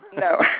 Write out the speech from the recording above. No